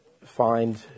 find